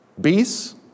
beasts